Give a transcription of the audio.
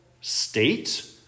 state